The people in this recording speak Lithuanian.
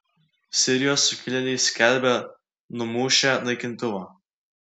sirijos sukilėliai skelbia numušę naikintuvą